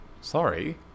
Sorry